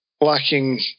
lacking